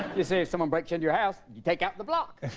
you say someone break in your house you take out the block